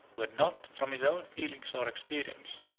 who had not, from his own feelings or experience,